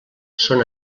són